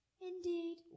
Indeed